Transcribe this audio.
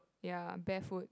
ya barefoot